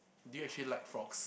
do you actually like frogs